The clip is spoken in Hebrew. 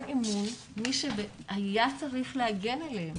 אמון כלפי מי שהיה צריך להגן עליהם.